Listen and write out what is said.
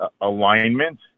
alignment